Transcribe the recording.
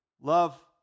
Love